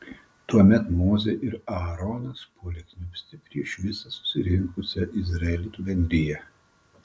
tuomet mozė ir aaronas puolė kniūbsti prieš visą susirinkusią izraelitų bendriją